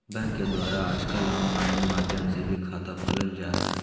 bank के द्वारा आजकल आनलाइन माध्यम से भी खाता खोलल जा हइ